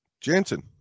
Jansen